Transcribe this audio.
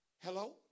Hello